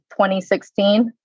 2016